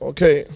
Okay